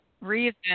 reason